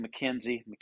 McKenzie